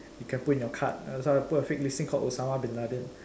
you can put in your card so put a fake listing called Osama-bin-Laden